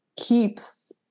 keeps